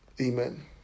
Amen